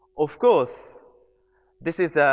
of course this is